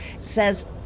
says